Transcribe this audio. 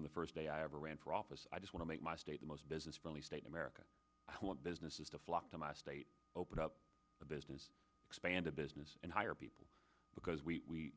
in the first day i ever ran for office i just wanna make my state the most business friendly state america i want businesses to flock to my state open up a business expand a business and hire people because we you